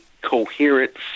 coherent